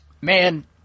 Man